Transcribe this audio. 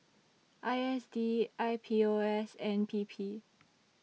I S D I P O S and P P